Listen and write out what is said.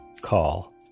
call